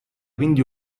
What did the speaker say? quindi